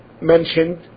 mentioned